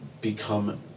become